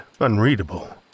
unreadable